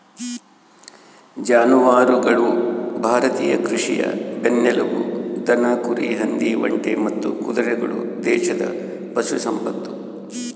ಜಾನುವಾರುಗಳು ಭಾರತೀಯ ಕೃಷಿಯ ಬೆನ್ನೆಲುಬು ದನ ಕುರಿ ಹಂದಿ ಒಂಟೆ ಮತ್ತು ಕುದುರೆಗಳು ದೇಶದ ಪಶು ಸಂಪತ್ತು